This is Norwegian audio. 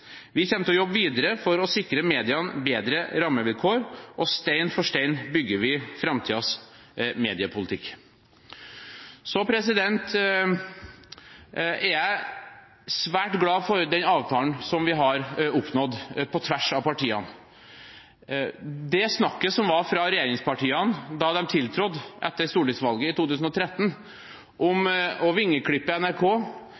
Vi kommer til å jobbe videre for å sikre mediene bedre rammevilkår, og stein for stein bygger vi framtidens mediepolitikk. Jeg er svært glad for den avtalen som vi har oppnådd på tvers av partiene. Det snakket som var fra regjeringspartiene da de tiltrådte etter stortingsvalget i 2013,